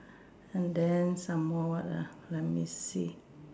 and then some more what ah let me see